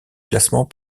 classement